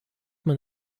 man